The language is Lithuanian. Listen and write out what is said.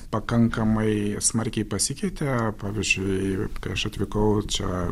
pakankamai smarkiai pasikeitė pavyzdžiui kai aš atvykau čia